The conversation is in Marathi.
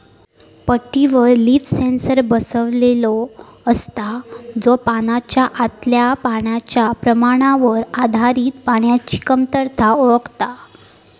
पट्टीवर लीफ सेन्सर बसवलेलो असता, जो पानाच्या आतल्या पाण्याच्या प्रमाणावर आधारित पाण्याची कमतरता ओळखता